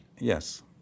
Yes